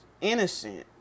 innocent